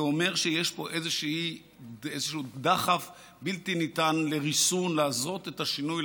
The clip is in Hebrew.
זה אומר שיש פה איזשהו דחף בלתי ניתן לריסון לעשות את השינוי.